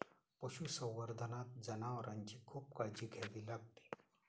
पशुसंवर्धनात जनावरांची खूप काळजी घ्यावी लागते